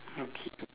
okay